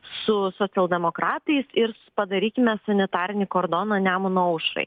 su socialdemokratais ir padarykime sanitarinį kordoną nemuno aušrai